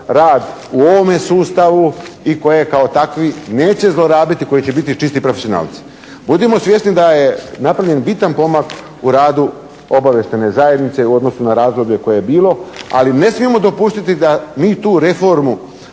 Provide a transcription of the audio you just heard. rad u ovome sustavu i koje kao takvi neće zlorabiti, koji će biti čisti profesionalci. Budimo svjesni da je napravljen bitan pomak u radu obavještajne zajednice u odnosu na razdoblje koje je bilo ali ne smijemo dopustiti da mi tu reformu